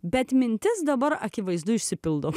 bet mintis dabar akivaizdu išsipildo